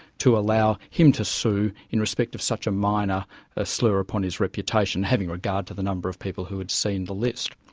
to allow him to sue in respect of such a minor ah slur upon his reputation, having regard to the number of people who have seen the list.